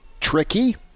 tricky